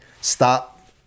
stop